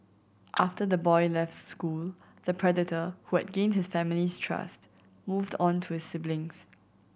after the boy left the school the predator who had gained the family's trust moved on to his siblings